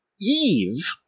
Eve